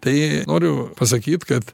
tai noriu pasakyt kad